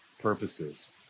purposes